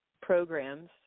programs